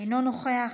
אינו נוכח,